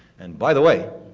and, by the way,